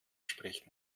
sprechen